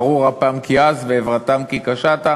ארור אפם כי עז ועברתם כי קשתה".